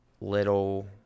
little